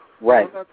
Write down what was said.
Right